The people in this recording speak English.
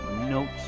notes